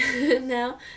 now